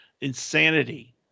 insanity